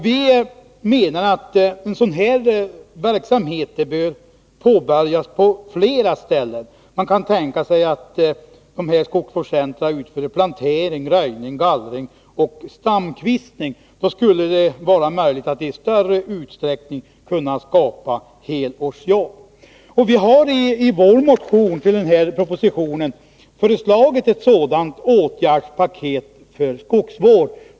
Vi anser att en sådan här verksamhet bör påbörjas på flera ställen. Man kan tänka sig att dessa skogsvårdscentra utför plantering, röjning, gallring och stamkvistning. Då vore det möjligt att i större utsträckning skapa helårsjobb. I vår motion i anslutning till denna proposition har vi föreslagit ett sådant åtgärdspaket för skogsvård.